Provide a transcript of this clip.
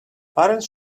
parents